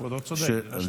כבודו צודק.